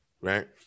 right